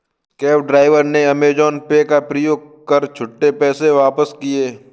cab driver ने Amazon pay का प्रयोग कर छुट्टे पैसे वापस किए